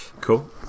cool